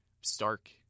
stark